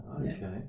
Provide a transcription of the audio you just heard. Okay